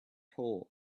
hole